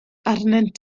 arnynt